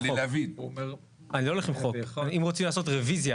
אם רוצים לעשות רביזיה